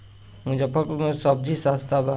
मुजफ्फरपुर में सबजी सस्ता बा